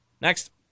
Next